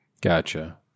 Gotcha